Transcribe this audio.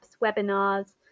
webinars